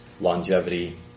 longevity